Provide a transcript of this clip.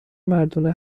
مردونه